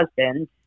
husband